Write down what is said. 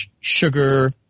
sugar